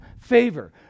favor